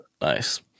Nice